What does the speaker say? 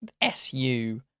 SU